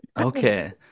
Okay